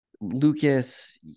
Lucas